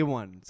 one